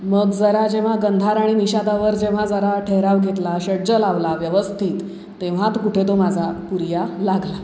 मग जरा जेव्हा गंधार आणि निषादावर जेव्हा जरा ठेहराव घेतला षड्ज लावला व्यवस्थित तेव्हा कुठे तो माझा पूरिया लागला